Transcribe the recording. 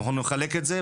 אנחנו נחלק את זה,